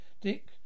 Dick